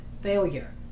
failure